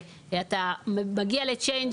אתה מגיע ל"צ'יינג'",